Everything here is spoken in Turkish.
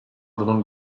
bunun